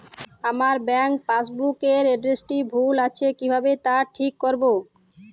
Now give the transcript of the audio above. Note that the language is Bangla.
আমার ব্যাঙ্ক পাসবুক এর এড্রেসটি ভুল আছে কিভাবে তা ঠিক করবো?